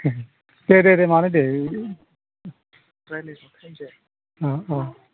दे दे दे मादै दे अ अ